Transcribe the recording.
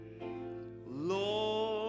Lord